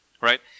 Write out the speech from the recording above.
right